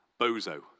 bozo